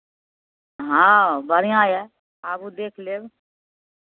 हँ बढ़िआँ यए आबू देख लेब